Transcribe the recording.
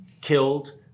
killed